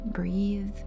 Breathe